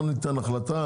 לא ניתן החלטה